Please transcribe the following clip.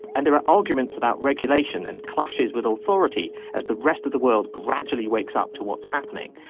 and there are arguments about regulation and clashes with authority as the rest of the world gradually wakes up to what's happening.